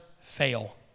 fail